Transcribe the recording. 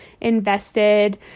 invested